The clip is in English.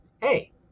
hey